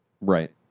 Right